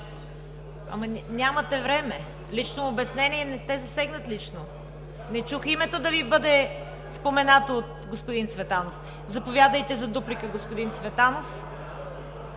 Искате лично обяснение, но не сте засегнат лично. Не чух името Ви да бъде споменато от господин Цветанов. Заповядайте за дуплика, господин Цветанов.